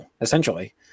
essentially